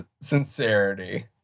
sincerity